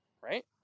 right